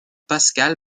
pascale